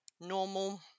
normal